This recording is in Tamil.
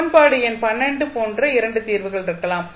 சமன்பாடு எண் போன்ற 2 தீர்வுகள் இருக்கலாம்